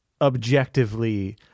objectively